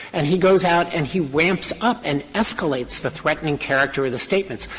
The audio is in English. and he goes out and he ramps up and escalates the threatening character of the statements.